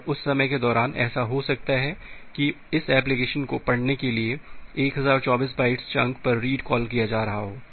और उस समय के दौरान ऐसा हो सकता है कि इस एप्लिकेशन को पढ़ने के लिए 1024 बाइट्स चंक पर रीड कॉल किया जा रहा हो